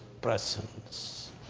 presence